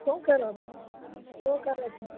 શું કરો સો શું કરો છો